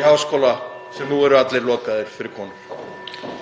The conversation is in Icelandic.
í háskóla sem nú eru allir lokaðir konum.